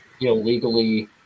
illegally